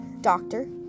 doctor